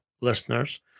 listeners